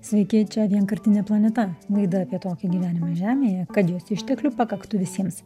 sveiki čia vienkartinė planeta laida apie tokį gyvenimą žemėje kad jos išteklių pakaktų visiems